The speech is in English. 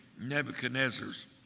Nebuchadnezzar's